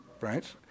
right